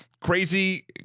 crazy